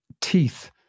teeth